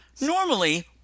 Normally